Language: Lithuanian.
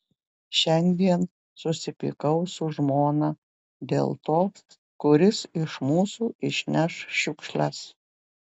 šiandien susipykau su žmona dėl to kuris iš mūsų išneš šiukšles